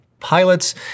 pilots